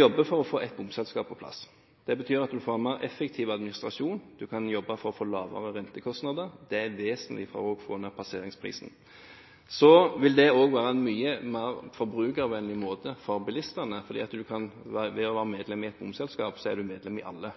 jobber for å få ett bomselskap på plass. Det betyr at en vil få mer effektiv administrasjon, og en kan jobbe for å få lavere rentekostnader. Det er vesentlig for å få ned passeringsprisen. Det vil også være mye mer forbrukervennlig for bilistene fordi ved å være medlem i ett bomselskap er man medlem i alle,